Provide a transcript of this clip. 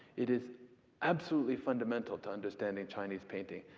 it is absolutely fundamental to understanding chinese painting.